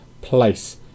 place